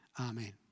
Amen